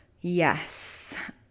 yes